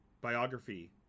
biography